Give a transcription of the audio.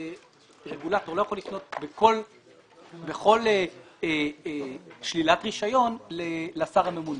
הרגולטור לא יכול לפנות בכל שלילת רישיון לוועדה המייעצת.